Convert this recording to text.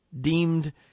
deemed